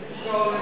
רציתי לשאול,